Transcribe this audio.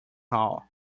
hall